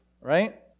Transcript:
right